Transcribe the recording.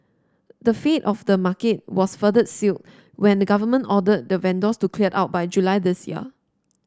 the fate of the market was further sealed when the government ordered the vendors to clear out by July this year